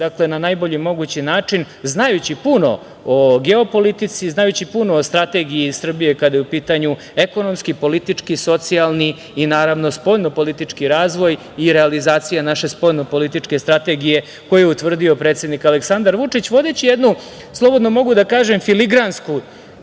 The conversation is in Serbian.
interese na najbolji mogući način, znajući puno o geopolitici, znajući puno o strategiji Srbije kada je u pitanju ekonomski, politički, socijalni i spoljnopolitički razvoj i realizacija naše spoljnopolitičke strategije koju je utvrdio predsednik Aleksandar Vučić, vodeći jednu, slobodno mogu da kažem, filigransku